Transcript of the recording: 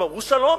הם אמרו שלום.